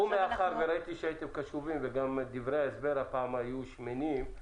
מאחר וראיתי שהייתם קשובים וגם דברי ההסבר הפעם היו שמנים,